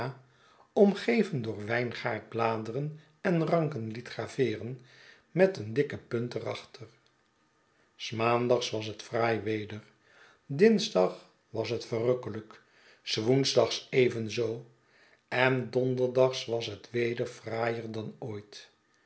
omgeven door wijngaardbladeren en ranken liet graveeren met eendikke punt er achter s maandags was het fraai weder dinsdags was het verrukkelijk swoensdags evenzoo en donderdags was het weder fraaier dan ooit